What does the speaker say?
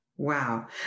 Wow